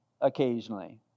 occasionally